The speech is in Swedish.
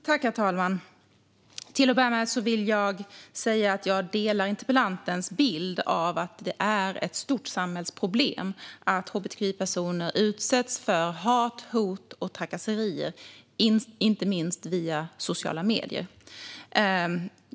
Herr talman! Till att börja med vill jag säga att jag delar interpellantens bild att det är ett stort samhällsproblem att hbtqi-personer utsätts för hat, hot och trakasserier, inte minst via sociala medier.